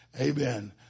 amen